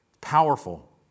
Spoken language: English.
Powerful